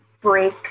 break